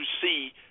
see